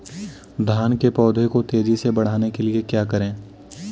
धान के पौधे को तेजी से बढ़ाने के लिए क्या करें?